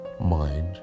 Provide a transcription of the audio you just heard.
Mind